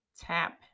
tap